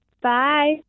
Bye